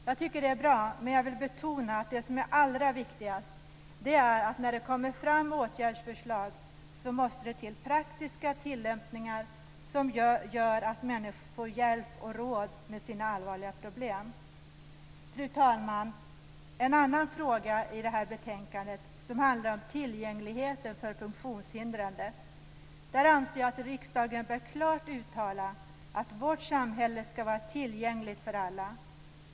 Jag tycker att det är bra, men jag vill betona det som är allra viktigast: När det kommer fram åtgärdsförslag måste det till praktiska tillämpningar som gör att människor får hjälp och råd med sina allvarliga problem. Fru talman! En annan fråga i detta betänkande handlar om tillgängligheten för funktionshindrade. Där anser jag att riksdagen klart bör uttala att vårt samhälle skall vara tillgängligt för alla.